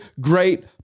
great